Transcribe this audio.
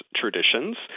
traditions